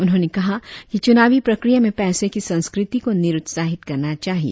उन्होंने कहा कि चुनावी प्रक्रिया में पैसे की संस्कृती को निरुस्ताहित करना चाहिए